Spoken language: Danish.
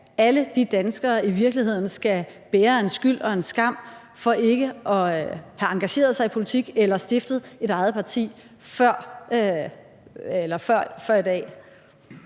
at løse dem, i virkeligheden skal bære en skyld og en skam for ikke at have engageret sig i politik eller have stiftet sit eget parti før i dag?